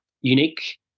unique